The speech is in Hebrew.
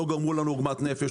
לא גרמו לנו לעוגמת נפש,